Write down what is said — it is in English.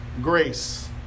grace